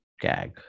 gag